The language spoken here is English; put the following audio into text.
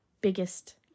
biggest